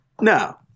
No